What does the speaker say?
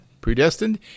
predestined